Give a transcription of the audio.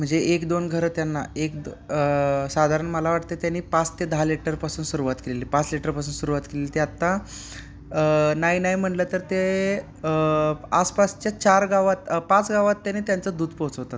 म्हणजे एक दोन घरं त्यांना एक साधारण मला वाटते त्यांनी पाच ते दहा लिटरपासून सुरुवात केलेली पाच लिटरपासून सुरुवात केलेली ते आत्ता नाही नाही म्हटलं तर ते आसपासच्या चार गावात पाच गावात त्याने त्यांचं दूध पोचवतात